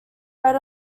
red